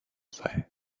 sei